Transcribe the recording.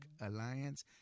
Alliance